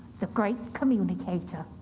the great communicator.